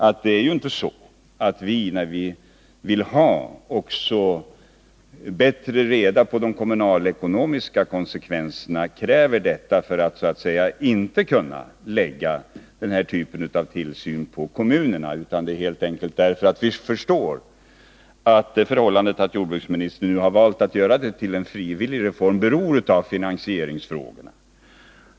När vi kräver att bättre få reda på vilka de kommunalekonomiska konsekvenserna är, är det inte för att vi inte vill lägga den här typen av tillsyn på kommunerna, utan det är helt enkelt därför att vi förstår att orsaken till att jordbruksministern valt att göra reformen frivillig är finansieringsfrågorna.